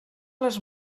les